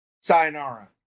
Sayonara